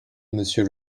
monsieur